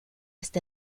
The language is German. ist